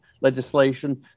legislation